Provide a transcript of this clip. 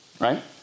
Right